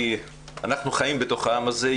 אנחנו חיים בתוך העם הזה.